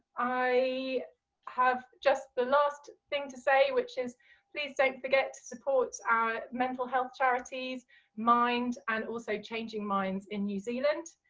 i have just the last thing to say, which is please don't forget to support our mental health charities mind and also changing minds in new zealand.